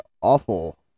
awful